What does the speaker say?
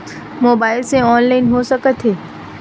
Mobile से online हो सकत हे?